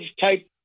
type